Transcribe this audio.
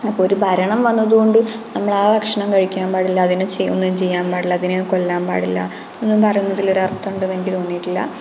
അപ്പോൾ ഒരു ഭരണം വന്നതുകൊണ്ട് നമ്മളാ ഭക്ഷണം കഴിക്കാൻ പാടില്ല അതിനെ ഒന്നും ചെയ്യാൻ പാടില്ല ഇതിനെ കൊല്ലാൻ പാടില്ലയെന്നു പറയുന്നതിൽ ഒരു അർത്ഥമുണ്ടെന്നു എനിക്കു തോന്നിയിട്ടില്ല